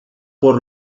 por